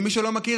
למי שלא מכיר,